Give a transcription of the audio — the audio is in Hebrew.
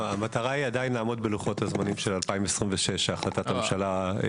המטרה לעמוד בלוחות הזמנים של 2026 של החלטת הממשלה.